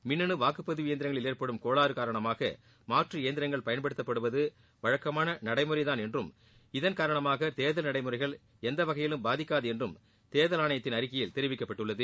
மின்னனு வாக்குபதிவு இயந்திரங்களில் ஏற்படும் கோளாறு காரணமாக மாற்று இயந்திரங்கள் பயன்படுத்தப்படுவது வழக்கமான நடைமுறை தான் என்றும் இதன் காரணமாக தேர்தல் நடைமுறைகள் எந்த வகையிலும் பாதிக்காது என்று தேர்தல் ஆணையத்தின் அறிக்கையில் தெரிவிக்கப்பட்டுள்ளது